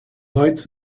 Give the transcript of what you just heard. lights